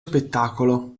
spettacolo